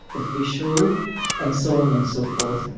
official and so on and so forth,